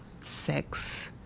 sex